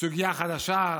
סוגיה חדשה,